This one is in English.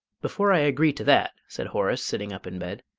before i agree to that, said horace, sitting up in bed,